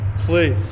Please